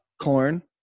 Corn